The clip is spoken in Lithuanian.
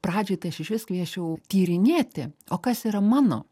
pradžioj tai aš išvis kviesčiau tyrinėti o kas yra mano